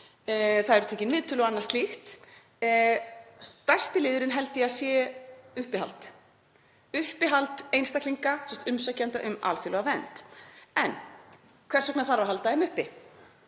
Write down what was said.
Það eru tekin viðtöl og annað slíkt. Stærsti liðurinn held ég að sé uppihald einstaklinga, umsækjenda um alþjóðlega vernd. En hvers vegna þarf að halda þeim uppi?